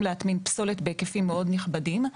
להטמין פסולת בהיקפים מאוד נכבדים.